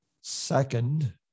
second